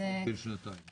עד גיל שנתיים